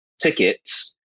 tickets